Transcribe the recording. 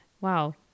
wow